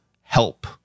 help